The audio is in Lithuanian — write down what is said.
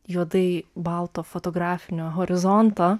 juodai balto fotografinio horizonto